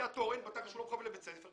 כי התורן לא יהיה מכוון לבית הספר.